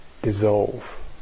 dissolve